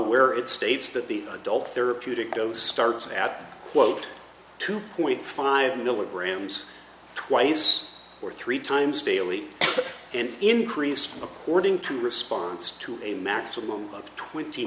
where it states that the adult therapeutic dose starts at quote two point five milligrams twice or three times daily and increase according to the response to a maximum of twenty